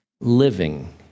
living